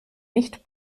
nicht